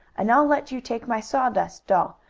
and i'll let you take my sawdust doll.